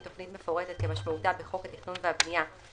תכנית מפורטת כמשמעותה בחוק התכנון והבנייה,